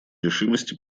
решимости